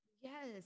Yes